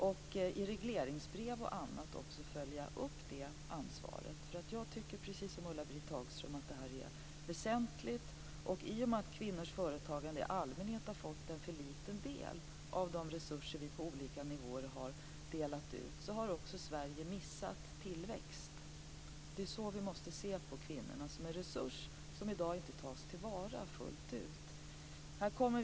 I regleringsbrev osv. kommer det ansvaret att följas upp. Precis som Ulla-Britt Hagström tycker jag att detta är väsentligt. I och med att kvinnors företagande i allmänhet har fått för liten del av de resurser vi på olika nivåer har delat ut har också Sverige missat i tillväxt. Kvinnorna måste ses som en resurs, som i dag inte tas till vara fullt ut.